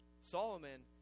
Solomon